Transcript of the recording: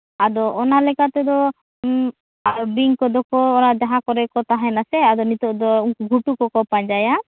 ᱟᱫᱚ ᱚᱱᱟ ᱞᱮᱠᱟ ᱛᱮᱫᱚ ᱵᱤᱧ ᱠᱚᱫᱚ ᱠᱚ ᱚᱱᱟ ᱡᱟᱦᱟᱸ ᱠᱚᱨᱮ ᱠᱚ ᱛᱟᱦᱮᱱᱟ ᱥᱮ ᱟᱫᱚ ᱱᱤᱛᱚᱜ ᱫᱚ ᱜᱷᱩᱴᱩ ᱠᱚᱠᱚ ᱯᱟᱸᱡᱟᱭᱟ